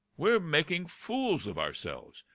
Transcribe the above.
we're making fools of ourselves.